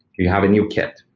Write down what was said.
you have a new kid.